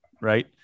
right